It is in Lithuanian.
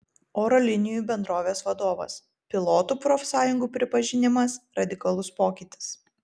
oro linijų bendrovės vadovas pilotų profsąjungų pripažinimas radikalus pokytis